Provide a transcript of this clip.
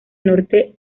norte